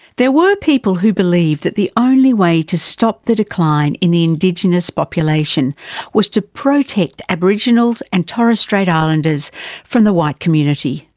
there were people who believed that the only way to stop the decline in the indigenous population was to protect aboriginals and torres strait islanders from the white community.